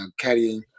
caddying